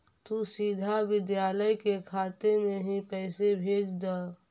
तु सीधा विद्यालय के खाते में ही पैसे भेज द